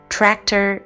Tractor